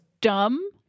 dumb